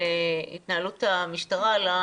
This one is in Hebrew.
כמה